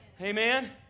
Amen